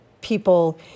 people